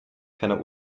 keiner